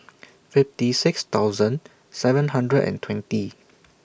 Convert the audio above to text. fifty six thousand seven hundred and twenty